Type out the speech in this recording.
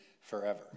forever